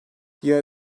yine